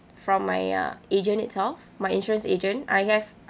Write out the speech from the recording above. from my uh agent itself my insurance agent I have